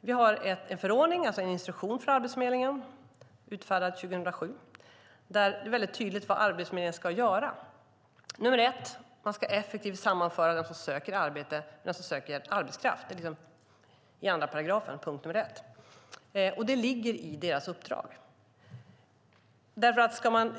Det är en förordning utfärdad 2007, en instruktion för Arbetsförmedlingen där det framgår väldigt tydligt vad Arbetsförmedlingen ska göra. Arbetsförmedlingen ska effektivt sammanföra dem som söker arbete och dem som söker arbetskraft. Det är punkt nr 1 i andra paragrafen. Det ligger i deras uppdrag. Ska man